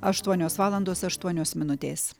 aštuonios valandos aštuonios minutės